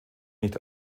nicht